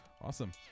awesome